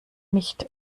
nicht